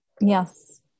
yes